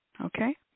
okay